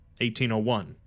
1801